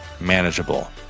manageable